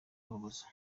urubozo